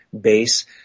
base